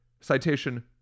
Citation